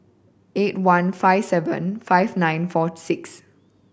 eight one five seven five nine four six